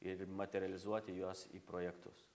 ir materializuoti juos į projektus